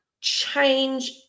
change